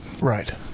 Right